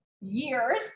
years